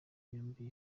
yombi